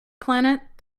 planet